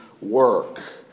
work